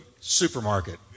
supermarket